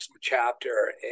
chapter